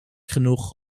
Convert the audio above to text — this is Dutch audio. genoeg